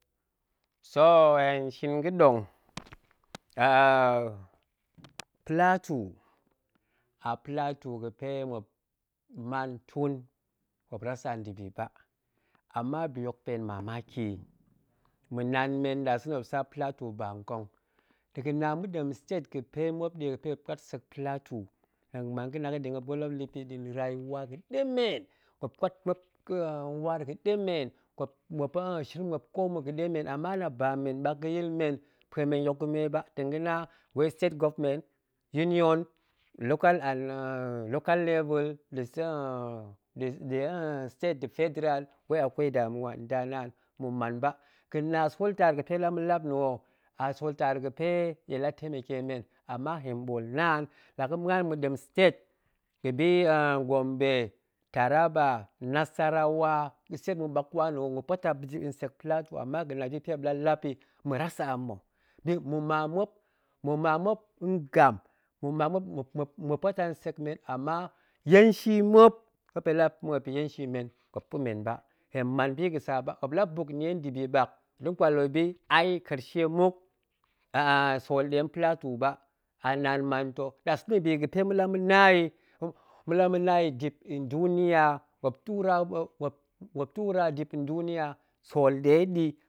So heon shin ga̱ɗong, ka plateau, a plateau ga̱pe muop man tun muop rasa nda̱bi ba, ama bi hok pa̱ hen mamaki, ma̱nan men ɗasa̱na̱ muop su plateau ba nkong dega̱ na ma̱ɗem state, ga̱pe muop nɗe ga̱pe muop puat sek plateau muan ga̱na pa̱ɗe muop nɗa̱a̱n rauwa ga̱ɗemen, muop kwat ka waar ga̱ɗemen, muop shin muop ko mma̱ ga̱ɗemen, ama la ba mmen ɓak ga̱yil men pue men yok ga̱me ba, tong ga̱na wei state government union, local level nda̱ state nda̱ federal, wei akwei damuwa, nda naan ma̱man ba, ga̱na sool taar pe la ma̱lapa nna̱ ho, a sool taar ga̱ pe nɗe la tameke men, gima hen ɓoolmaan, la ga̱ muan ma̱ɗem state ga̱bi nn gwambe, taraba, nasarawa nda̱ state mmuk bakwa nna̱ ho muop puat a nsek plateau, ama ga̱na bi ga̱pe muop nɗe la lap yi, ma̱ rasa amma, ma̱ma muop ma̱ma muop ngam, ma̱ma muop, muop muop, puat a nsek men ama enshi muop, muop nde la pa̱ muop yenshi men, muop pa̱ men ba, hen man bi ga̱sa ba muop la buk nie nda̱bi ɓak, muop nong kwal muop yi ai karce muk a sool nɗe plateau ba, a naan man ta nɗasa̱na̱ bi ga̱pe ma̱nɗe la ma̱na i ma̱ɗe la mana yi dip nduniya muop la ma̱na yi dip nduniya muop tura, muop tura dip nduniya sool nɗeɗi